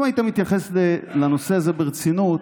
אם היית מתייחס לנושא הזה ברצינות,